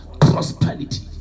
prosperity